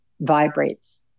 vibrates